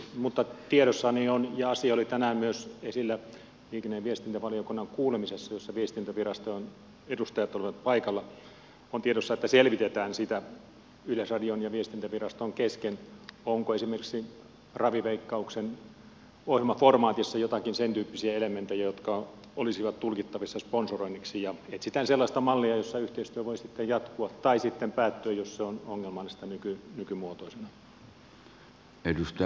mutta tiedossani on ja asia oli tänään myös esillä liikenne ja viestintävaliokunnan kuulemisessa jossa viestintäviraston edustajat olivat paikalla että selvitetään sitä yleisradion ja viestintäviraston kesken onko esimerkiksi raviveikkauksen ohjelmaformaatissa joitakin sentyyppisiä elementtejä jotka olisivat tulkittavissa sponsoroinniksi ja etsitään sellaista mallia jossa yhteistyö voi sitten jatkua tai sitten päättyä jos se on ongelmallista nykymuotoisena